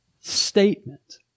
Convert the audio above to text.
statement